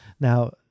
Now